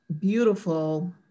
beautiful